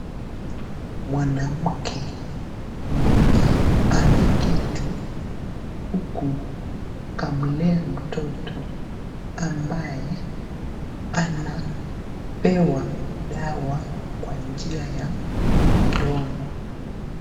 Mwanamke mmoja ameketi huku kamlea mtoto ambaye anapewa dawa kwa njia ya mdomo.